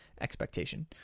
expectation